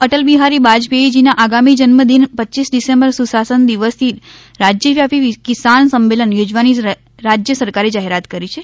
અટલ બિહારી બાજપેથીજીના આગામી જન્મ દિન રપ ડિસેમ્બર સુશાસન દિવસથી રાજ્યવ્યાપી કિસાન સંમેલન યોજવાની રાજય સરકારે જાહેરાત કરી છે